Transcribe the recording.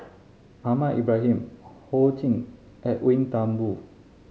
Ahmad Ibrahim Ho Ching Edwin Thumboo